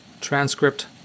Transcript